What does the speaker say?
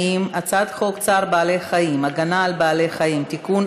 ההצעה להפוך את הצעת חוק צער בעלי-חיים (הגנה על בעלי-חיים) (תיקון,